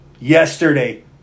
Yesterday